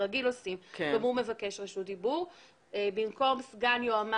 ברגיל אבל גם הוא מבקש את רשות הדיבור במקום סגן היועץ